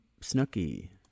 Snooky